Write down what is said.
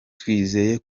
twizeye